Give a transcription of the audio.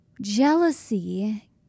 jealousy